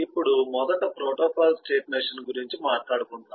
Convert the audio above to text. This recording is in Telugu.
ఇప్పుడు మొదట ప్రోటోకాల్ స్టేట్ మెషిన్ గురించి మాట్లాడుకుందాం